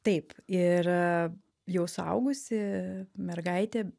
taip ir jau suaugusi mergaitė